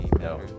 no